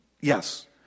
yes